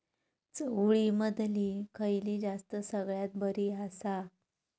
चवळीमधली खयली जात सगळ्यात बरी आसा?